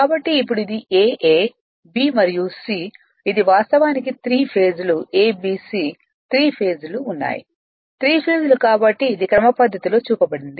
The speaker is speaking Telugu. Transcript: కాబట్టి ఇప్పుడు ఇది AA B మరియు C ఇది వాస్తవానికి త్రీ ఫేస్ లు A B C three phase లు ఉన్నాయి త్రీ ఫేస్ లు కాబట్టి ఇది క్రమపద్ధతిలో చూపబడింది